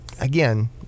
again